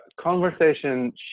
conversation